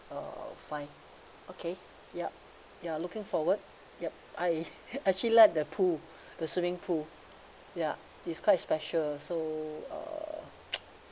uh fine okay yup ya looking forward yup I actually like the pool the swimming pool ya it's quite special so uh